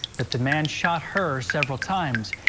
but the man shot her several times,